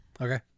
Okay